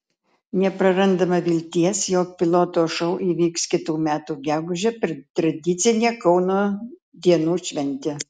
neprarandama vilties jog piloto šou įvyks kitų metų gegužę per tradicinę kauno dienų šventę